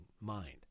mind